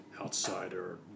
outsider